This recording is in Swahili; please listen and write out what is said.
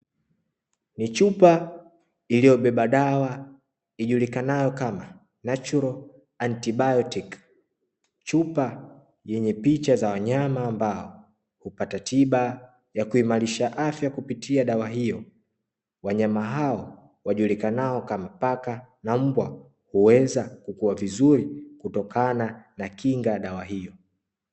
Ni chupa iliyobeba dawa ijulikanayo kama "NATURAL ANTIBIOTIC", chupa yenye picha za wanyama ambao hupata tiba ya kuimarisha afya kupitia dawa hiyo, wanyama hao wajulikanao kama paka na mbwa kuweza kukua vizuri kutokana na kinga ya dawa hiyo.